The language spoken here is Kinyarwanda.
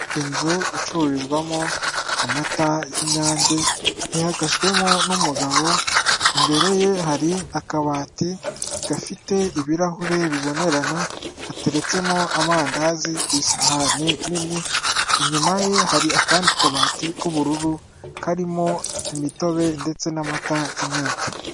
Inzu icururizwamo amata y'inyange ihagazwemo n'umugabo imbere ye hari akabati gafite ibirahure bibonerana hateretsemo amandazi ku isahani nini , inyuma ye hari akandi kabati k'ubururu karimo imitobe ndetse n'amata by'inyake.